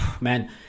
man